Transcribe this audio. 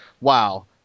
wow